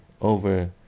over